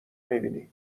میبینی